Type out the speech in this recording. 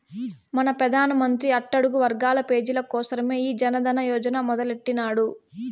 మన పెదానమంత్రి అట్టడుగు వర్గాల పేజీల కోసరమే ఈ జనదన యోజన మొదలెట్టిన్నాడు